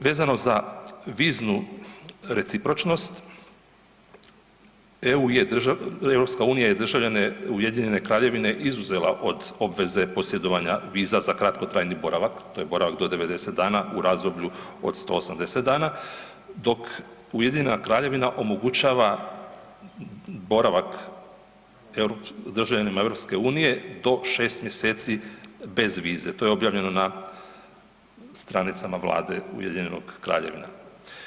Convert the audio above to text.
Vezano za viznu recipročnost, EU je državljane Ujedinjene Kraljevine izuzela od obveze posjedovanja viza za kratkotrajni boravak, to je boravak do 90 dana u razdoblju od 180 dana, dok Ujedinjena Kraljevina omogućava boravak državljanima EU do 6. mjeseci bez vize, to je objavljeno na stranicama Vlade Ujedinjenog Kraljevstva.